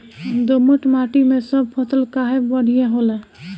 दोमट माटी मै सब फसल काहे बढ़िया होला?